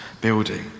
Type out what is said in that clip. building